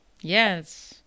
yes